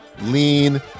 lean